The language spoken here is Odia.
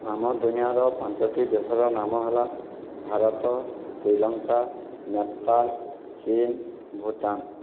ଆମ ଦୁନିଆର ପାଞ୍ଚଟି ଦେଶର ନାମ ହେଲା ଭାରତ ଶ୍ରୀଲଙ୍କା ନେପାଲ୍ ଚୀନ ଭୁଟାନ